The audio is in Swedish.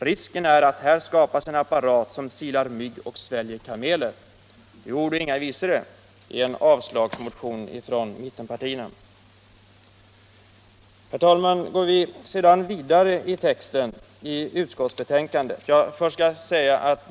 Risken är att här skapas en apparat som silar mygg och sväljer kameler.” Det är ord och inga visor i en avslagsmotion från mittenpartierna!